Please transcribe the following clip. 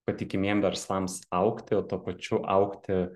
patikimiem verslams augti o tuo pačiu augti